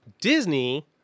Disney